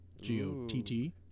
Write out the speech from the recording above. g-o-t-t